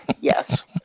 Yes